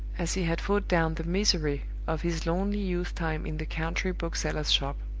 as he had fought down the misery of his lonely youth time in the country bookseller's shop.